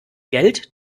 geld